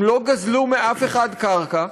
הם לא גזלו מאף אחד קרקע.